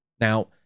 Now